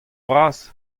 bras